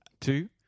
Two